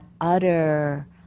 utter